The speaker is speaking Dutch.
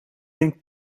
denk